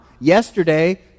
yesterday